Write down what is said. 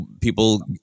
people